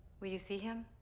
will you see him?